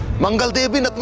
mangal did